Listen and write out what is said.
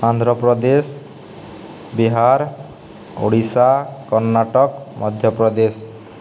Andhra Pradesh Bihar Odisha Karnataka Madhya Pradesh